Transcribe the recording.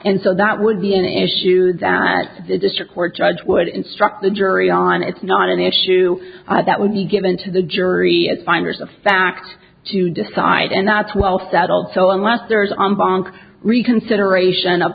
and so that would be an issue that the district court judge would instruct the jury on it's not an issue that would be given to the jury as finders of fact to decide and that's well settled so unless there is on bond reconsideration